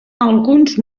alguns